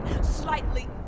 Slightly